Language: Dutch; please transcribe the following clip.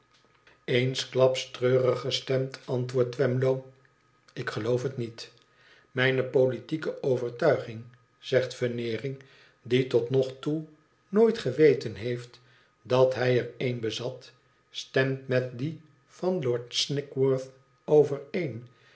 eensklaps treurig gestemd antwoordt twemlow i ik geloof het niet mijne politieke overtuiging zegt veneering die tot nog toe nooit geweten heeft dat hij er eene bezat i stemt met die van lord snigsworth overeen